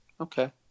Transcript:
okay